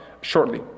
shortly